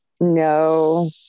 No